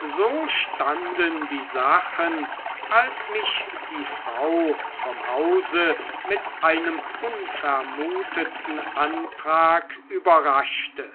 so standen die sachen als mich die frau vom hause mit einem unvermuteten antrag überraschte